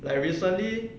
like recently